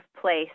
place